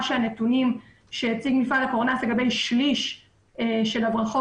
שהנתונים שהשיג מפעל הקורנס לגבי שליש של הברחות,